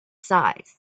size